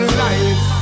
life